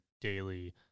daily